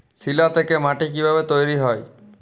শিলা থেকে মাটি কিভাবে তৈরী হয়?